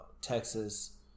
Texas